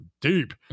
deep